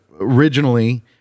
originally